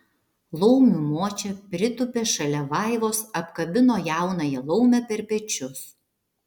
laumių močia pritūpė šalia vaivos apkabino jaunąją laumę per pečius